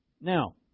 Now